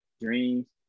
Dreams